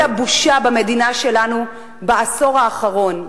שאוי לבושה במדינה שלנו בעשור האחרון,